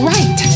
Right